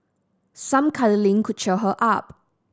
some cuddling could cheer her up